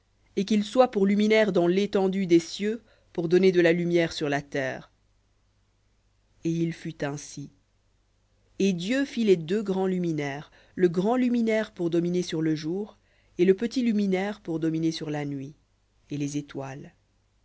et qu'ils soient pour luminaires dans l'étendue des cieux pour donner de la lumière sur la terre et il fut ainsi et dieu fit les deux grands luminaires le grand luminaire pour dominer sur le jour et le petit luminaire pour dominer sur la nuit et les étoiles